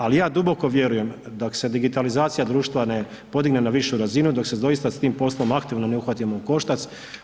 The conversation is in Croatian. Ali ja duboko vjerujem dok se digitalizacija društva ne podigne na višu razinu, dok se doista s tim poslom aktivno ne uhvatimo u koštac.